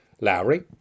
Lowry